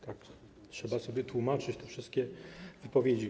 Tak trzeba sobie tłumaczyć te wszystkie wypowiedzi.